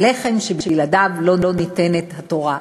הלחם שבלעדיו לא ניתנת התורה.